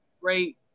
Great